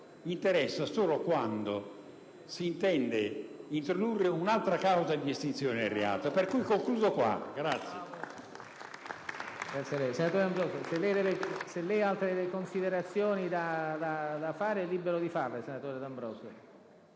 interessa soltanto quando si intende introdurre un'altra causa di estinzione del reato; quindi, concludo qua il